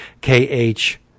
K-H